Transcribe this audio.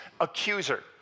accuser